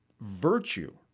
virtue